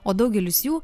o daugelis jų